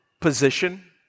position